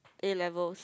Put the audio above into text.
A-levels